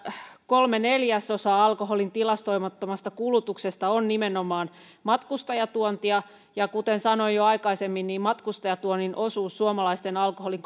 kolme neljäsosaa alkoholin tilastoimattomasta kulutuksesta on nimenomaan matkustajatuontia ja kuten sanoin jo aikaisemmin matkustajatuonnin osuus suomalaisten alkoholin